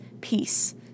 peace